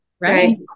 Right